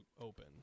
open